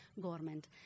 government